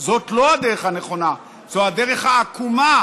זאת לא הדרך הנכונה, זו הדרך העקומה,